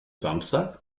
samstag